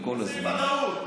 וכל הזמן,